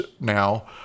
now